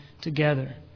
together